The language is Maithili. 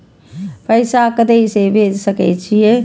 पैसा कते से भेज सके छिए?